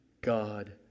God